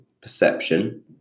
perception